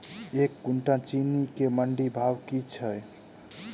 एक कुनटल चीनी केँ मंडी भाउ की छै?